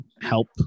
help